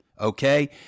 okay